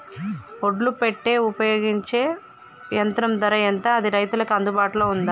ఒడ్లు పెట్టే ఉపయోగించే యంత్రం ధర ఎంత అది రైతులకు అందుబాటులో ఉందా?